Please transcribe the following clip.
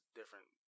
different